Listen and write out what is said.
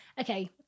okay